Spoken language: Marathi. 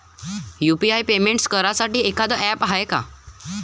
यू.पी.आय पेमेंट करासाठी एखांद ॲप हाय का?